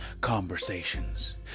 conversations